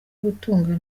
gutunga